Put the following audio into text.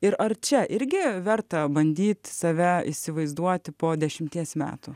ir ar čia irgi verta bandyt save įsivaizduoti po dešimties metų